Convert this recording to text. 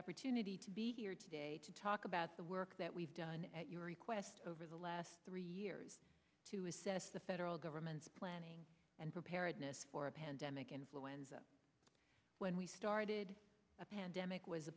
opportunity to be here to talk about the work that we've done at your request over the last three years to assess the federal government's planning and preparedness for a pandemic influenza when we started a pandemic was a